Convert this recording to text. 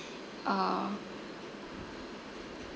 uh